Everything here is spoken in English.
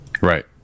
Right